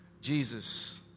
Jesus